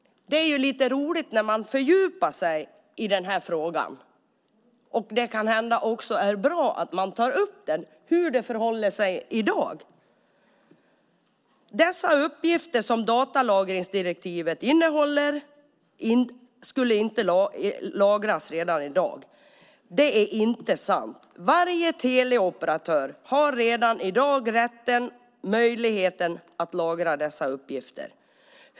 Det är roligt att fördjupa sig i frågan, och det kan vara bra att ta upp hur det förhåller sig i dag. Att de uppgifter som ska lagras enligt datalagringsdirektivet inte skulle lagras redan i dag är inte sant. Varje teleoperatör har redan i dag rätten och möjligheten att lagra dessa uppgifter.